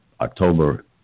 October